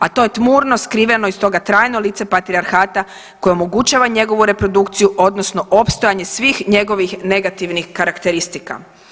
A to je tmurno skriveno i stoga trajno lice patrijarhata koje omogućava njegovu reprodukciju odnosno opstojanje svih njegovih negativnih karakteristika.